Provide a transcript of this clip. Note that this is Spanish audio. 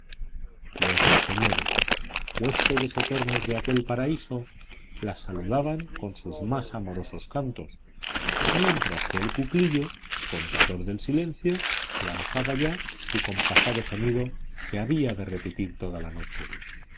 los ruiseñores huéspedes eternos de aquel paraíso la saludaban con sus más amorosos cantos mientras que el cuclillo contador del silencio lanzaba ya su compasado gemido que había de repetir toda la noche